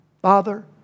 Father